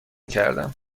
کردم